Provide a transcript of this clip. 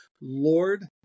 Lord